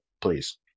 please